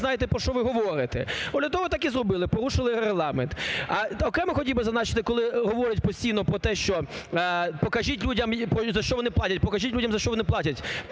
знаєте, про що ви говорите. От для того так і зробили: порушили Регламент. А окремо хотів би зазначити, коли говорять постійно про те, що покажіть людям, за що вони платять, покажіть людям, за що вони платять.